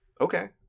Okay